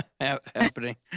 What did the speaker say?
happening